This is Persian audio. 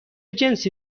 جنسی